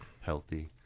healthy